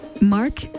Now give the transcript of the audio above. Mark